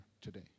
today